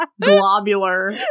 globular